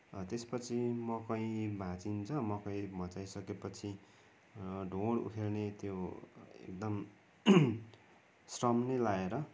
त्यसपछि मकै भाँचिन्छ मकै भँचाई सकेपछि ढोड उखाल्ने त्यो एकदम श्रम नै लाएर